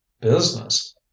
Business